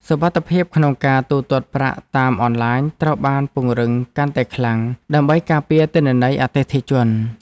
សុវត្ថិភាពក្នុងការទូទាត់ប្រាក់តាមអនឡាញត្រូវបានពង្រឹងកាន់តែខ្លាំងដើម្បីការពារទិន្នន័យអតិថិជន។